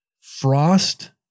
frost